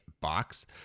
box